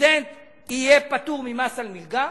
שסטודנט יהיה פטור ממס על מלגה,